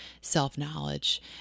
self-knowledge